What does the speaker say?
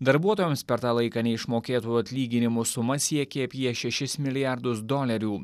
darbuotojams per tą laiką neišmokėtų atlyginimų suma siekė apie šešis milijardus dolerių